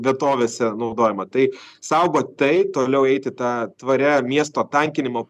vietovėse naudojama tai saugot tai toliau eiti ta tvaria miesto tankinimo